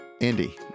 Andy